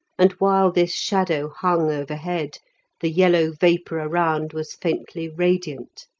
and while this shadow hung overhead the yellow vapour around was faintly radiant.